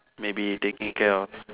maybe taking care of